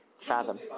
fathom